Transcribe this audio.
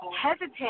hesitant